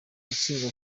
gutsindwa